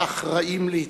כאחראים להתרחשותו.